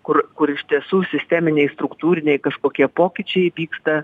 kur kur iš tiesų sisteminiai struktūriniai kažkokie pokyčiai vyksta